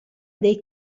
dei